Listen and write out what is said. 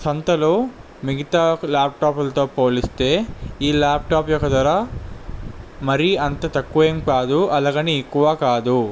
సంతలో మిగతా ల్యాప్టాప్లతో పోలిస్తే ఈ ల్యాప్టాప్ యొక్క ధర మరీ అంత తక్కువ ఏం కాదు అలా అని ఎక్కువా కాదు